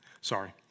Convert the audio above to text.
Sorry